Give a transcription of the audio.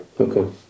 Okay